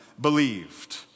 believed